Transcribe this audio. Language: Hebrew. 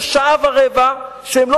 במשך שעה ורבע מול ארבעה סוהרים,